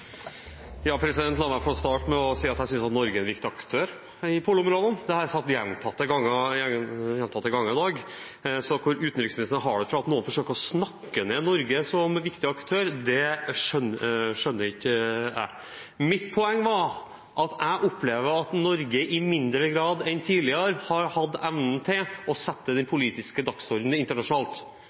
La meg få starte med å si at jeg synes at Norge er en viktig aktør i polområdene. Det har jeg sagt gjentatte ganger i dag. Så hvor utenriksministeren har det fra at noen forsøker å snakke ned Norge som viktig aktør, skjønner ikke jeg. Mitt poeng var at jeg opplever at Norge i mindre grad enn tidligere har hatt evnen til å sette den politiske dagsordenen internasjonalt.